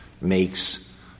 makes